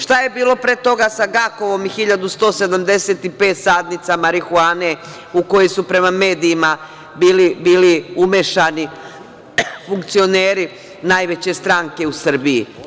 Šta je bilo pre toga sa „Gakovom“ i 1.175 sadnica marihuane u kojoj su prema medijima bili umešani funkcioneri najveće stranke u Srbije?